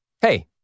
Hey